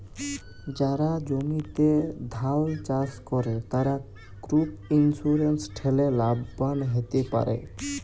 যারা জমিতে ধাল চাস করে, তারা ক্রপ ইন্সুরেন্স ঠেলে লাভবান হ্যতে পারে